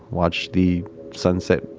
watch the sunset,